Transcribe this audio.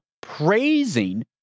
praising